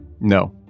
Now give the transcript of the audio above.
No